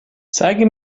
zeige